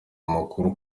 amakuru